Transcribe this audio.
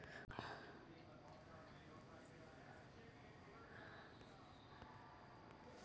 ಒಂದು ಎಕರೆ ಕಡಲೆ ಬೆಳೆಗೆ ಎಷ್ಟು ಪ್ರಮಾಣದ ಗೊಬ್ಬರವನ್ನು ಹಾಕಬೇಕು?